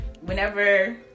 whenever